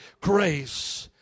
Grace